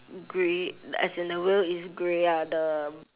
grey as in the wheel is grey ah the